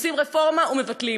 עושים רפורמה ומבטלים.